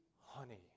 honey